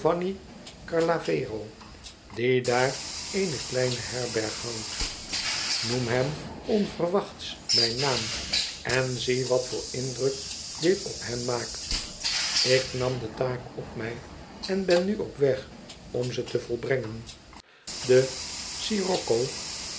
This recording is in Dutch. die daar eene kleine herberg houdt noem hem onverwachts mijn naam en zie wat voor indruk dit op hem maakt ik nam de taak op mij en ben nu op weg om ze te volbrengen de sirocco